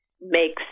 makes